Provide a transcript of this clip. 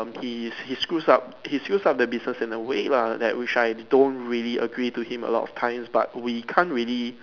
err he he screws up he screws up the business in a way lah that which I don't really agree to him a lot of times but we can't really